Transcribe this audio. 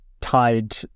tied